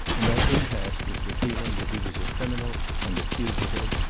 and that impasse was the feeling that he was a criminal and a fugitive,